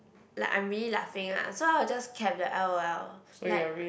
like I am really laughing lah so I will just cap the L_O_L like